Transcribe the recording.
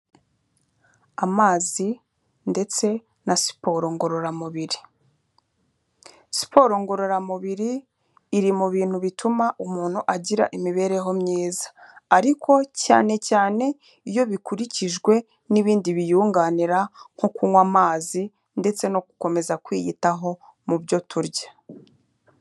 Amazi ndetse na siporo ngororamubiri. Siporo ngororamubiri iri mu bintu bituma umuntu agira imibereho myiza, ariko cyane cyane iyo bikurikijwe n'ibindi biyunganira nko kunywa amazi ndetse no gukomeza kwiyitaho mu byo turya.